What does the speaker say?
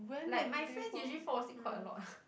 like my friend usually fall asleep quite a lot